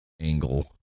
angle